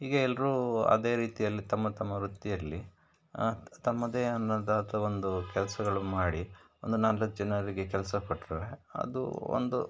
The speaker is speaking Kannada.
ಹೀಗೆ ಎಲ್ಲರೂ ಅದೇ ರೀತಿಯಲ್ಲಿ ತಮ್ಮ ತಮ್ಮ ವೃತ್ತಿಯಲ್ಲಿ ತಮ್ಮದೇ ಅನ್ನೋಂಥ ಒಂದು ಕೆಲಸಗಳು ಮಾಡಿ ಒಂದು ನಾಲ್ಕು ಜನರಿಗೆ ಕೆಲಸ ಕೊಟ್ಟರೆ ಅದು ಒಂದು